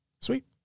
Sweet